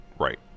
Right